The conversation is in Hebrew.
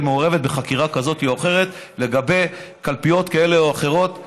מעורבת בחקירה כזאת או אחרת לגבי קלפיות כאלה או אחרות שזויפו.